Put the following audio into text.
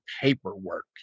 paperwork